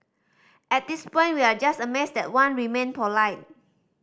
at this point we are just amazed that Wan remained polite